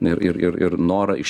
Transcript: ir ir ir ir norą iš